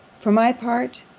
for my part,